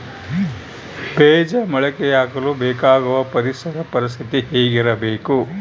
ಬೇಜ ಮೊಳಕೆಯಾಗಲು ಬೇಕಾಗುವ ಪರಿಸರ ಪರಿಸ್ಥಿತಿ ಹೇಗಿರಬೇಕು?